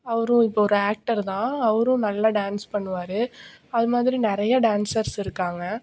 அவரும் இப்போது ஒரு ஆக்டர் தான் அவரும் நல்லா டான்ஸ் பண்ணுவார் அதுமாதிரி நிறைய டான்ஸர்ஸ் இருக்காங்க